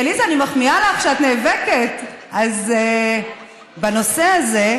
עליזה, אני מחמיאה לך על שאת נאבקת בנושא הזה,